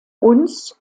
uns